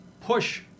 push